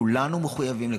כולנו מחויבים לכך,